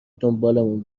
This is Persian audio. دنبالمون